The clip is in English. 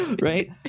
Right